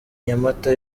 nyamata